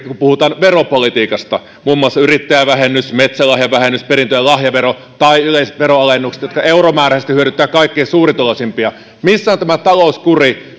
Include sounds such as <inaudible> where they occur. puhutaan veropolitiikasta muun muassa yrittäjävähennyksestä metsälahjavähennyksestä perintö ja lahjaverosta tai yleisistä veronalennuksista jotka euromääräisesti hyödyttävät kaikkein suurituloisimpia missä on tämä talouskuri <unintelligible>